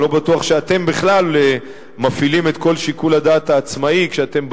אני לא בטוח שאתם בכלל מפעילים את כל שיקול הדעת העצמאי כשאתם באים,